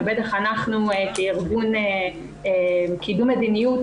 ובטח אנחנו כארגון קידום מדיניות,